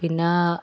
പിന്നെ